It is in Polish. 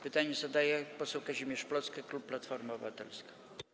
Pytanie zadaje poseł Kazimierz Plocke, klub Platforma Obywatelska.